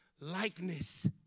likeness